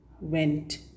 went